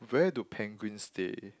where do penguins stay